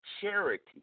charity